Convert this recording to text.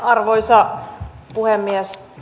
arvoisa puhemies